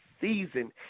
season